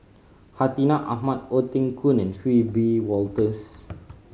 Hartinah Ahmad Ong Teng Koon and Wiebe Wolters